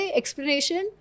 explanation